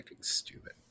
stupid